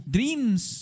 Dreams